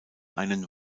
einen